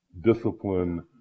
discipline